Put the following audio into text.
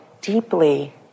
deeply